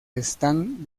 están